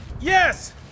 Yes